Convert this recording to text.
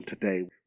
today